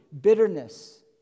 bitterness